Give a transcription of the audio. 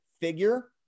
figure